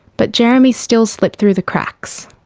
but jeremy still slipped through the cracks.